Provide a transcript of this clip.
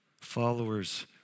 followers